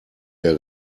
der